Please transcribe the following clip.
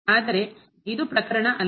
ಆದರೆ ಇದು ಪ್ರಕರಣ ಅಲ್ಲ